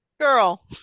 girl